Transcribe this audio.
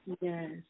Yes